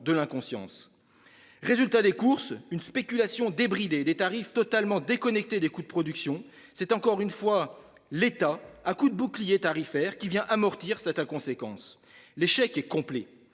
de l'inconscience. Résultat des courses : une spéculation débridée et des tarifs totalement déconnectés des coûts de production. C'est encore une fois l'État, à coups de bouclier tarifaire, qui vient amortir cette inconséquence. L'échec est complet